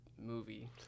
movie